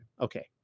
okay